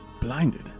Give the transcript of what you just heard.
Blinded